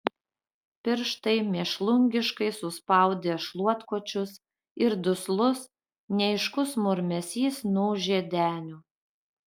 pirštai mėšlungiškai suspaudė šluotkočius ir duslus neaiškus murmesys nuūžė deniu